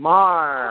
Mar